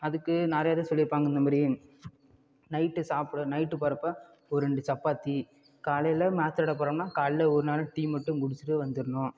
அதுக்கு நிறைய இது சொல்லிருப்பாங்கள் இந்தமாரி நைட்டு சாப்பிட நைட்டு போகிறப்ப ஒரு ரெண்டு சப்பாத்தி காலையில் மேச்சாட போகிறோன்னா காலைலே ஒரு நாலு டீ மட்டும் குடிச்சிட்டு வந்துடணும்